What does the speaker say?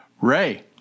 ray